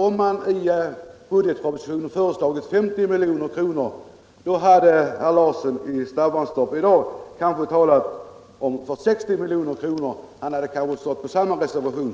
Om man i propositionen hade föreslagit 50 milj.kr. är jag ganska övertygad om att herr Larsson i Staffanstorp i dag hade talat för 60 milj.kr. och alltså hade biträtt fru Lantz reservation.